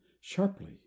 sharply